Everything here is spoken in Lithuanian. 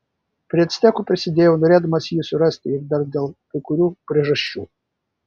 prie actekų prisidėjau norėdamas jį surasti ir dar dėl kai kurių priežasčių